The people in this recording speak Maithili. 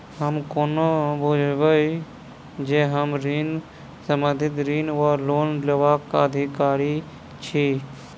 हम कोना बुझबै जे हम कृषि संबंधित ऋण वा लोन लेबाक अधिकारी छी?